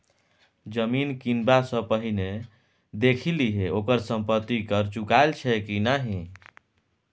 जमीन किनबा सँ पहिने देखि लिहें ओकर संपत्ति कर चुकायल छै कि नहि?